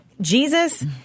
Jesus